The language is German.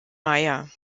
meyer